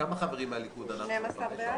12 בעד.